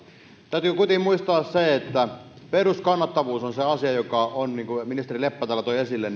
täytyy kuitenkin muistaa että peruskannattavuus on se asia joka on se iso ongelma niin kuin ministeri leppä täällä toi esille